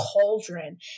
cauldron